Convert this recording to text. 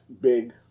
big